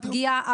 הפגיעה,